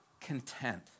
content